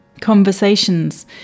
Conversations